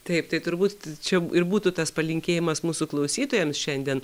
taip tai turbūt čia ir būtų tas palinkėjimas mūsų klausytojams šiandien